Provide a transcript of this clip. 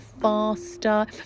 faster